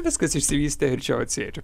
viskas išsivystė ir čia vat sėdžiu